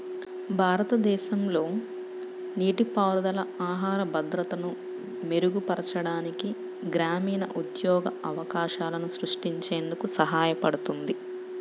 భారతదేశంలో నీటిపారుదల ఆహార భద్రతను మెరుగుపరచడానికి, గ్రామీణ ఉద్యోగ అవకాశాలను సృష్టించేందుకు సహాయపడుతుంది